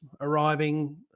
arriving